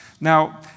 Now